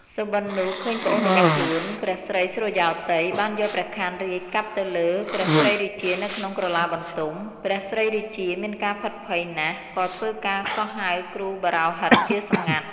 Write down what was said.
សុបិននោះឃើញប្អូនរបស់ខ្លួន ព្រះស្រីសុរិយោទ័យ បានយកព្រះខ័នរាជកាប់ទៅលើ ព្រះស្រីរាជានៅក្នុងក្រឡាបន្ទំ ព្រះស្រីរាជាមានការភិតភ័យណាស់ក៏ធ្វើការកោះហៅគ្រូបោរាហិតជាសម្ងាត់។